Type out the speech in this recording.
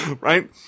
right